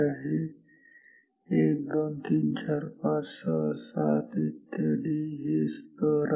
1 2 3 4 5 6 7 8 इत्यादी हे स्तर आहेत